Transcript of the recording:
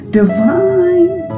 divine